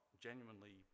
genuinely